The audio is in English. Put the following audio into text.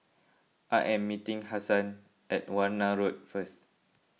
I am meeting Hassan at Warna Road first